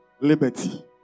Liberty